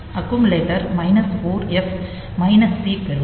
accumulator minus 4 F minus C பெறும்